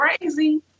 crazy